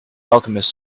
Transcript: alchemist